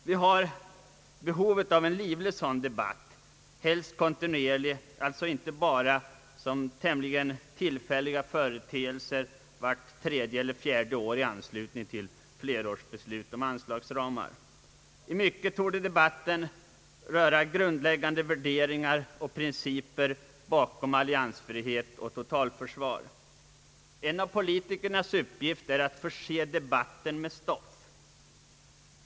Det gäller alltså inte bara tämligen tillfälliga företeelser vart tredje eller fjärde år i anslutning till flerårsbeslut om anslagsramar. I mycket torde debatten röra grundläggande värderingar och principer bakom alliansfrihet och totalförsvar. En av politikernas uppgifter är att förse debatten med stoff.